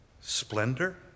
splendor